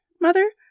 Mother